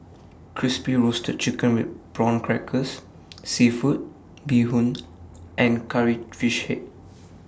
Crispy Roasted Chicken with Prawn Crackers Seafood Bee Hoon and Curry Fish Head